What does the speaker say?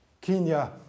Kenya